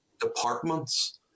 departments